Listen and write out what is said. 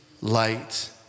light